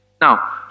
Now